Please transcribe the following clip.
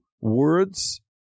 words